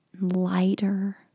lighter